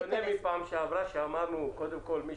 זה שונה מפעם שעברה שאמרנו קודם כל מי